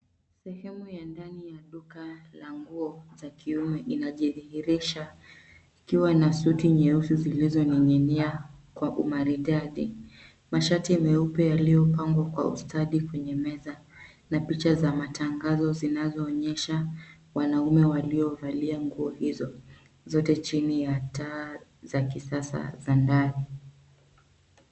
Sehemu ya ndani ya duka la nguo za kiume inajidhihirisha ikiwa na suti nyeusi zilizoning'inia kwa umaridadi. Mashati meupe yaliyopangwa kwa ustadhi kwenye meza, na picha za matangazo zinazoonyesha wanaume waliovalia nguo hizo, zote chini ya taa za kisasa za ndani.